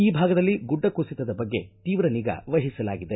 ಈ ಭಾಗದಲ್ಲಿ ಗುಡ್ಡ ಕುಸಿತದ ಬಗ್ಗೆ ತೀವ್ರ ನಿಗಾ ವಹಿಸಲಾಗಿದೆ